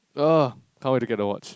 uh can't wait to get the watch